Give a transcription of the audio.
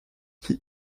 qui